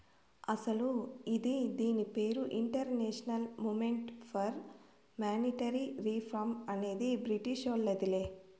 అస్సలు ఇది దీని పేరు international movement for monetary reform అనే బ్రిటీషోల్లదిలే